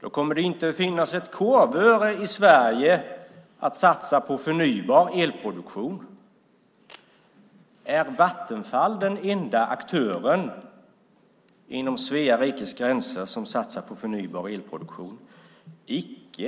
kommer det inte att finnas ett korvöre i Sverige att satsa på förnybar elproduktion. Är Vattenfall den enda aktören inom Svea rikes gränser som satsar på förnybar elproduktion? Så är det icke.